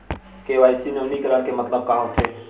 KYC नवीनीकरण के मतलब का होथे?